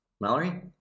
Mallory